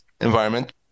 environment